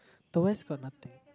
the west got nothing